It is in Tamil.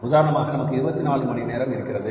உதாரணமாக நமக்கு 24 மணி நேரம் இருக்கிறது